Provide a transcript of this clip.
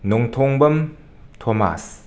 Nongthombam Thomas